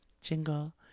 jingle